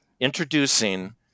Introducing